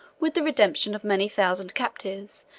with the redemption of many thousand captives,